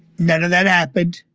none of that happened.